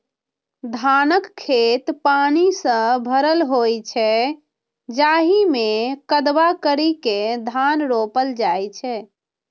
धानक खेत पानि सं भरल होइ छै, जाहि मे कदबा करि के धान रोपल जाइ छै